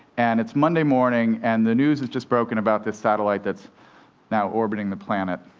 and it's monday morning, and the news has just broken about this satellite that's now orbiting the planet.